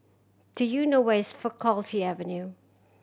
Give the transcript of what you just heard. do you know where is Faculty Avenue